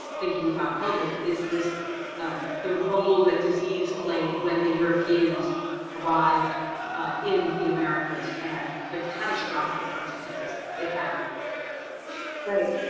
thinking about covid is this the role that disease played when the europeans arrived in the americas and the catastrophic consequences it had on the local population. right.